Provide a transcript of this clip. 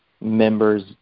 members